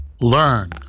Learn